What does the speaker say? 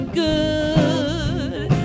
good